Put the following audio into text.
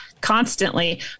constantly